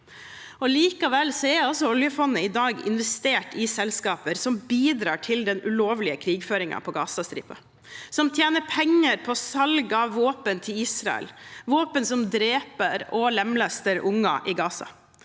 Allikevel er altså oljefondet i dag investert i selskaper som bidrar til den ulovlige krigføringen på Gazastripen, som tjener penger på salg av våpen til Israel – våpen som dreper og lemlester unger i Gaza.